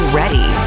ready